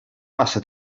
passa